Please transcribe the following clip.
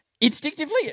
instinctively